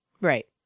Right